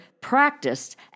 practiced